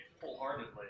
wholeheartedly